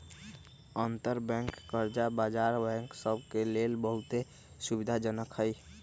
अंतरबैंक कर्जा बजार बैंक सभ के लेल बहुते सुविधाजनक हइ